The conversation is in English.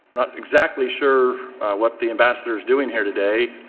not exactly sure what the ambassador is doing here today.